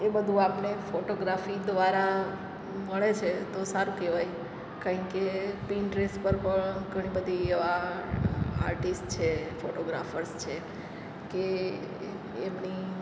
એ બધું આપણે ફોટોગ્રાફી દ્વારા મળે છે તો સારું કહેવાય કારણ કે પીન્ટરેસ્ટ પર પણ ઘણી બધી આ આર્ટિસ્ટ છે ફોટોગ્રાફર્સ છે કે એમની